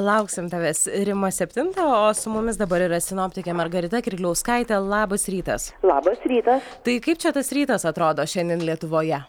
lauksim tavęs rima septintą o su mumis dabar yra sinoptikė margarita kirkliauskaitė labas rytas labas rytas tai kaip čia tas rytas atrodo šiandien lietuvoje